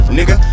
Nigga